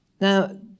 Now